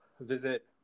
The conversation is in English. visit